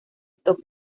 stock